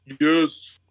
Yes